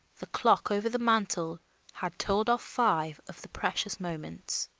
the clock over the mantel had told off five of the precious moments.